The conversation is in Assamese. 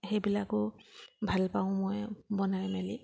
সেইবিলাকো ভালপাওঁ মই বনাই মেলি